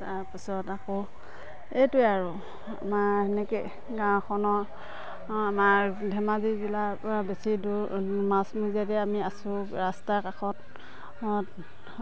তাৰ পাছত আকৌ এইটোৱে আৰু আমাৰ সেনেকৈ গাঁওখনৰ আমাৰ ধেমাজি জিলাৰ পৰা বেছি দূৰ মাজ মজিয়াতে আমি আছোঁ ৰাস্তাৰ কাষত